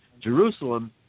Jerusalem